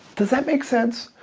does that make sense?